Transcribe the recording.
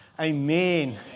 Amen